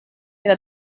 era